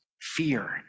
fear